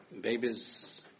Babies